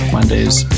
Mondays